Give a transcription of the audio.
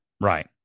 Right